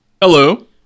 Hello